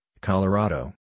Colorado